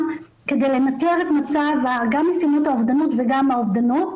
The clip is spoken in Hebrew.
כדי לאתר גם את ניסיונות האובדנות וגם את האובדנות,